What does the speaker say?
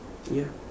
ya